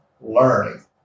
learning